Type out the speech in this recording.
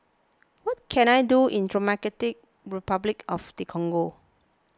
what can I do in Democratic Republic of the Congo